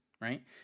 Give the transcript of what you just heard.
right